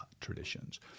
traditions